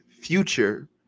future